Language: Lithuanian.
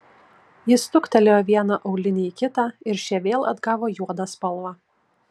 jis stuktelėjo vieną aulinį į kitą ir šie vėl atgavo juodą spalvą